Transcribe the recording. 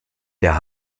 der